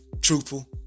truthful